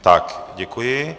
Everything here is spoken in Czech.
Tak děkuji.